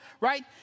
right